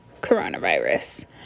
coronavirus